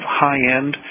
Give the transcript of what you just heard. high-end